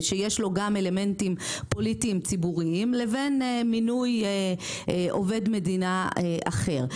שיש לו גם אלמנטים פוליטיים-ציבוריים לבין מינוי עובד מדינה אחר.